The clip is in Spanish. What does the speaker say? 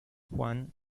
juan